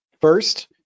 First